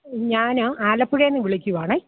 ഞാൻ ആലപ്പുഴയിൽ നിന്ന് വിളിക്കുവാണ്